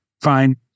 fine